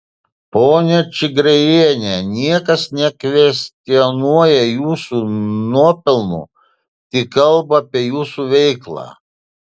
ponia čigriejiene niekas nekvestionuoja jūsų nuopelnų tik kalba apie jūsų veiklą